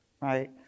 right